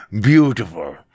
Beautiful